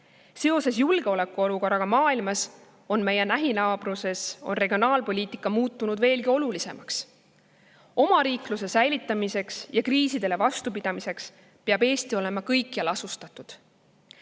Seoses julgeolekuolukorraga maailmas on meie lähinaabruses regionaalpoliitika muutunud veelgi olulisemaks. Omariikluse säilitamiseks ja kriisides vastupidamiseks peab Eesti olema kõikjal asustatud.